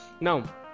Now